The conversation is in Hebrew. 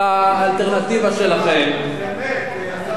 האלטרנטיבה שלכם, באמת, השר אטיאס.